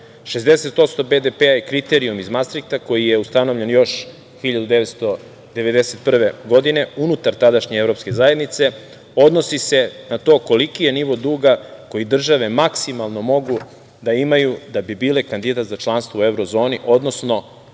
60% BDP i kriterijumi iz Mastrihta koji je ustanovljen još 1991. godine unutar tadašnje Evropske zajednice odnosi se na to koliki je nivo duga koje države maksimalno mogu da imaju da bi bile kandidat za članstvo u evro zoni, odnosno